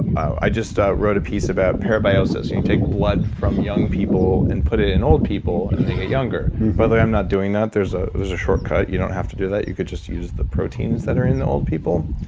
i just ah wrote a piece about parabiosis. you you take blood from young people and put it in old people, and they get younger mm-hmm by the way, i'm not doing that. there's ah there's a shortcut. you don't have to do that you could just use the proteins that are in the old people,